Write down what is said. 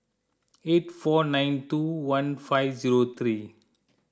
eight four nine two one five zero three